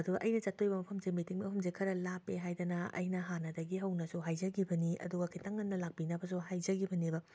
ꯑꯗꯨꯒ ꯑꯩꯅ ꯆꯠꯇꯣꯏꯕ ꯃꯐꯝꯁꯦ ꯃꯤꯇꯤꯡ ꯃꯐꯝꯖꯦ ꯈꯔꯥ ꯂꯥꯞꯄꯦ ꯍꯥꯏꯗꯅ ꯑꯩꯅ ꯍꯥꯟꯅꯗꯒꯤ ꯍꯧꯅꯁꯨ ꯍꯥꯏꯖꯒꯤꯕꯅꯤ ꯑꯗꯨꯒ ꯈꯤꯇꯪ ꯉꯟꯅ ꯂꯥꯛꯄꯤꯅꯕꯖꯨ ꯍꯥꯏꯖꯒꯤꯕꯅꯦꯕ